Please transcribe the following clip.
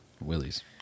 Willie's